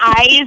eyes